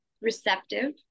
receptive